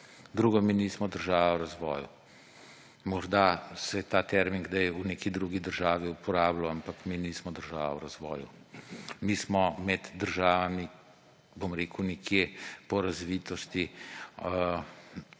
Drugo. Mi nismo država v razvoju. Morda se je ta termin kdaj v neki drugi državi uporabljal, ampak mi nismo država v razvoju. Mi smo med državami po razvitosti,